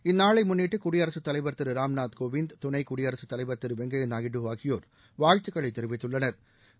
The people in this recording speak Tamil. இந்நாளை முன்னிட்டு குடியரசுத் தலைவர் திரு ராம்நாத் கோவிந்த் துணை குடியரசுத் தலைவர் திரு வெங்கையா நாயுடு ஆகியோா் வாழ்த்துக்களை தெரிவித்துள்ளனா்